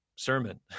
sermon